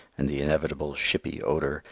and the inevitable ship-py odour,